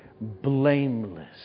blameless